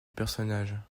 personnage